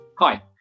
Hi